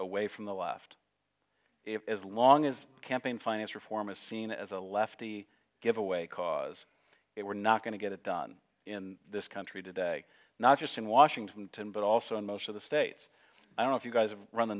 away from the left if as long as campaign finance reform is seen as a lefty give away cause it we're not going to get it done in this country today not just in washington but also in most of the states i don't know if you guys have run the